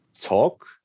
talk